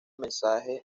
mensaje